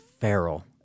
feral